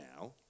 now